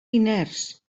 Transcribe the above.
inerts